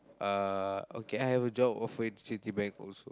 uh okay I have a job offer in Citibank also